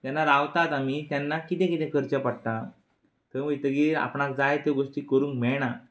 जेन्ना रावतात आमी तेन्ना कितें कितें करचें पडटा थंय वयतकीर आपणाक जाय त्यो गोष्टी करूंक मेळना